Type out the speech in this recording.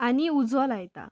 आनी उजो लायतात